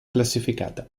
classificata